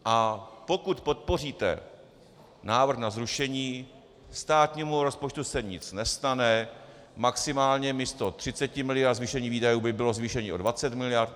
A pokud podpoříte návrh na zrušení, státnímu rozpočtu se nic nestane, maximálně místo 30 mld. zvýšení výdajů by bylo zvýšení o 20 mld.